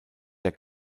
der